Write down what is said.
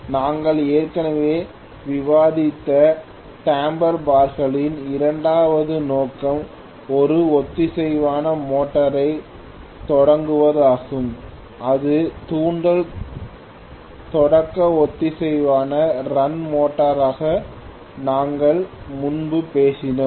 நாங்கள் ஏற்கனவே விவாதித்த டம்பர் பார்களின் இரண்டாவது நோக்கம் ஒரு ஒத்திசைவான மோட்டாரை த் தொடங்குவதாகும் இது தூண்டல் தொடக்க ஒத்திசைவான ரன் மோட்டராக நாங்கள் முன்பு பேசினோம்